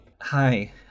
Hi